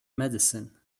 medicine